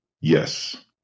Yes